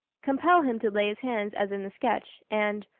compel him to lay his hands as in the sketch, and,